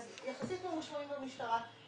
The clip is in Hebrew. אז יחסית ממושמעים במשטרה.